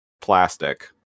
plastic